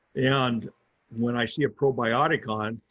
and when i see a probiotic on,